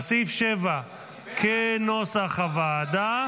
אז סעיף 7 כנוסח הוועדה,